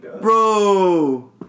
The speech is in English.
Bro